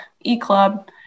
e-club